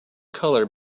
colour